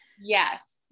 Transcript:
Yes